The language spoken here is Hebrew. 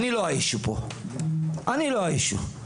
אני לא האישיו פה, אני לא האישיו.